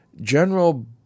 General